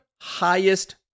highest